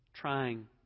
Trying